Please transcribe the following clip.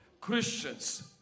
Christians